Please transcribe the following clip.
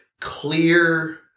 clear